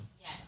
Yes